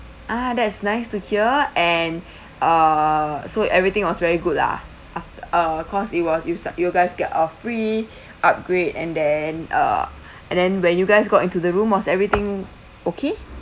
ah that's nice to hear and uh so everything was very good lah after uh cause it was used up you guys get a free upgrade and then uh and then when you guys got into the room was everything okay